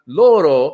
loro